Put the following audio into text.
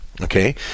Okay